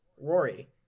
Rory